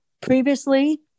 previously